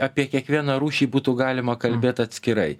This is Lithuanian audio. apie kiekvieną rūšį būtų galima kalbėt atskirai